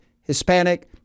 Hispanic